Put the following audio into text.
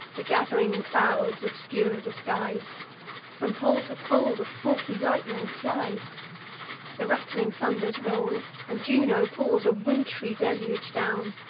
the gath'ring clouds obscure the skies from pole to pole the forky lightning flies the rattling thunders roll and juno pours a wintry deluge down,